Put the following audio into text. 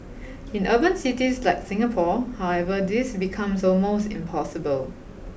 in urban cities like Singapore however this becomes almost impossible